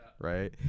right